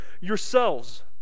yourselves